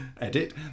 Edit